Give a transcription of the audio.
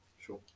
Sure